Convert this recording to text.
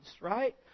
right